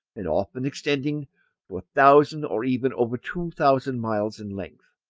and often extending to a thousand or even over two thousand miles in length.